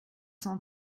cent